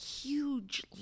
huge